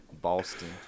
Boston